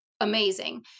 amazing